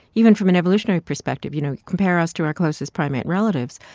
even from an evolutionary perspective, you know, compare us to our closest primate relatives,